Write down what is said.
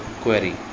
query